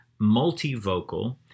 multivocal